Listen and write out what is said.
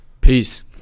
Peace